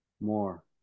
more